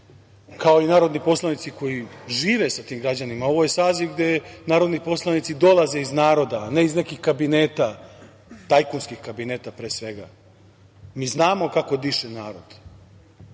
kao i narodni poslanici koji žive sa tim građanima, ovo je saziv gde narodni poslanici dolaze iz naroda, a ne iz nekih tajkunskih kabineta, pre svega, mi znamo kako diše narod,